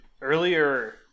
earlier